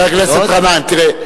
חבר הכנסת גנאים, תראה: